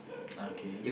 okay